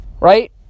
right